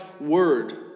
word